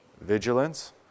vigilance